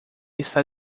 está